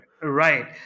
right